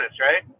right